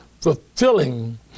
fulfilling